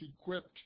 equipped